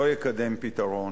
לא יקדם פתרון.